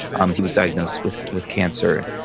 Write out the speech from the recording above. um he was diagnosed with with cancer.